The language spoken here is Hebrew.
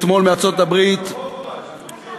אתמול מארצות-הברית, לא השבת לי.